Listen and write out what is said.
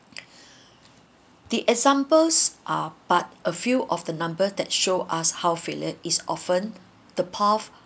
the examples are but a few of the number that show us how failure is often the path